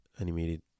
animated